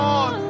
on